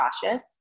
cautious